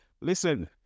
Listen